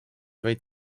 võit